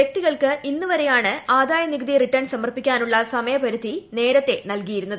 വൃക്തികൾക്ക് ഇന്ന് വരെയാണ് ആദായനികുതി റിട്ടേൺ സമർപ്പിക്കാനുള്ള സമയപരിധി നേരത്തേ നിശ്ചയിച്ചിരുന്നത്